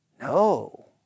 No